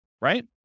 right